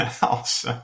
else